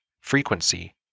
frequency